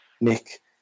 Nick